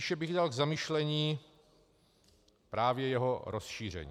Spíše bych dal k zamyšlení právě jeho rozšíření.